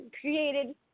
created